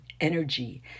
energy